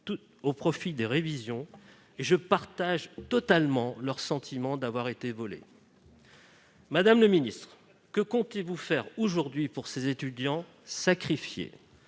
au profit des révisions. Je partage totalement le sentiment de ces étudiants d'avoir été volés. Madame la ministre, que comptez-vous faire aujourd'hui pour ces étudiants sacrifiés ?